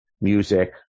music